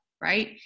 right